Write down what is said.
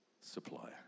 supplier